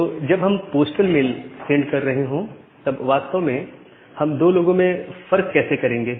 तो जब हम पोस्टल मेल सेंड कर रहे हो तब वास्तव में हम दो लोगों में फर्क कैसे करेंगे